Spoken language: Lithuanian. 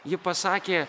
ji pasakė